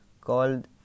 called